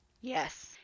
Yes